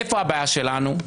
איפה הבעיה שלנו?